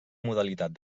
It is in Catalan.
modalitat